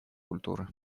культуры